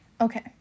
okay